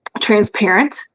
transparent